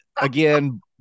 again